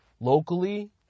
locally